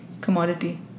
commodity